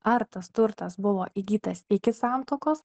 ar tas turtas buvo įgytas iki santuokos